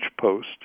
Post